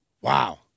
Wow